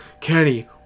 Kenny